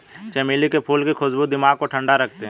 चमेली के फूल की खुशबू दिमाग को ठंडा रखते हैं